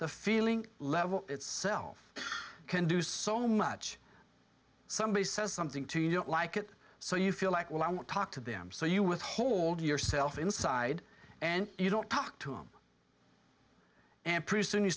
the feeling level itself can do so much somebody says something to you don't like it so you feel like well i won't talk to them so you withhold yourself inside and you don't talk to him and pretty soon you